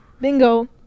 Bingo